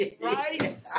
right